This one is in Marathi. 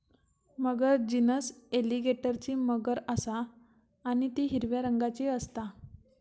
मगर जीनस एलीगेटरची मगर असा आणि ती हिरव्या रंगाची असता